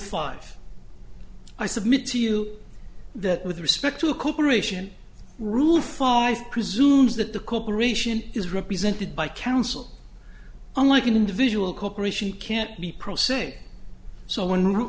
five i submit to you that with respect to a corporation rule five presumes that the corporation is represented by counsel unlike an individual corporation can't be pro se so